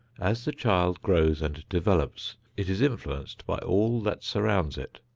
as the child grows and develops, it is influenced by all that surrounds it.